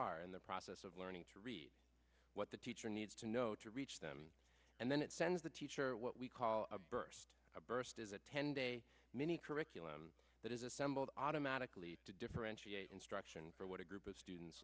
are in the process of learning to read what the teacher needs to know to reach them and then it sends the teacher what we call a burst burst as a ten day mini curriculum that is assembled automatically to differentiate instruction for what a group of students